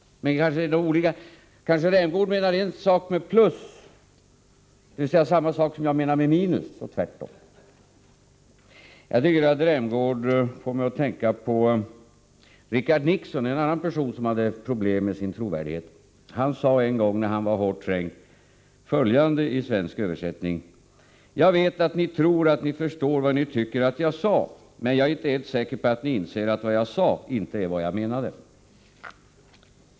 Men kanske Rolf Rämgård menar en annan sak med plus, dvs. samma sak som jag menar med minus och tvärtom. Rolf Rämgård får mig att tänka på Richard Nixon, en annan person som hade problem med sin trovärdighet. Han sade en gång när han var hårt trängd följande i svensk översättning: Jag vet att ni tror att ni förstår vad ni tycker att jag sade, men jag är inte helt säker på att ni inser att vad jag sade inte är vad jag menade.